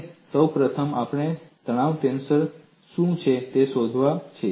અને સૌ પ્રથમ આપણે તણાવ ટેન્સર શું છે તે શોધવાનું છે